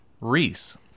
Reese